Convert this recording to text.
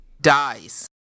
dies